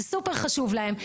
זה סופר חשוב להם,